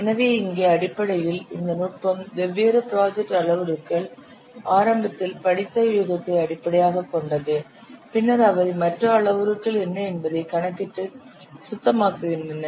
எனவே இங்கே அடிப்படையில் இந்த நுட்பம் வெவ்வேறு ப்ராஜெக்ட் அளவுருக்கள் ஆரம்பத்தில் படித்த யூகத்தை அடிப்படையாகக் கொண்டது பின்னர் அவை மற்ற அளவுருக்கள் என்ன என்பதைக் கணக்கிட்டு சுத்தமாக்குகின்றன